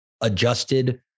Adjusted